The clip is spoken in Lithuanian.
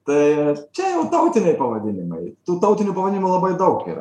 tai čia jau tautiniai pavadinimai tų tautinių pavadinimų labai daug yra